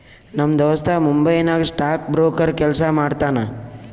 ನಮ್ ದೋಸ್ತ ಮುಂಬೈ ನಾಗ್ ಸ್ಟಾಕ್ ಬ್ರೋಕರ್ ಕೆಲ್ಸಾ ಮಾಡ್ತಾನ